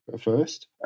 first